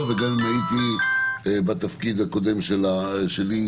וגם אם הייתי בתפקדי הקודם בוועדה.